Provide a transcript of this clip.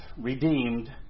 redeemed